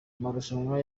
marushanwa